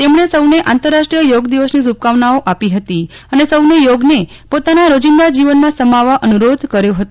તેમણે સૌને આંતરરાષ્ટ્રીય યોગ દિવસની શુભકામનાઓ આપી હતી અને સૌને યોગને પોતાના રોજિંદા જીવનમાં સમાવવા અનુરોધ કર્યો હતો